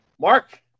Mark